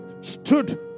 stood